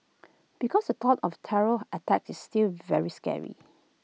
because the thought of terror attacks is still very scary